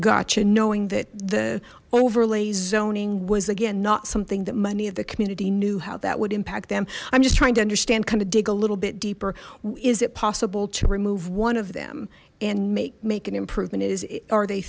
gotcha knowing that the overlay zoning was again not something that money of the community knew how that would impact them i'm just trying to understand kind of dig a little bit deeper is it possible to remove one of them and make make an improvement is